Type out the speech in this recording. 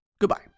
Goodbye